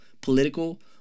political